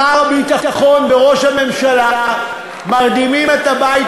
שר הביטחון וראש הממשלה מרדימים את הבית